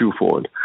twofold